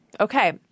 Okay